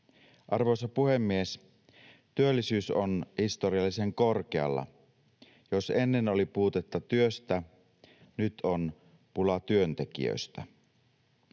Arvoisa puhemies! Työllisyys on historiallisen korkealla. Jos ennen oli puutetta työstä, nyt on pula työntekijöistä.